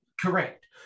Correct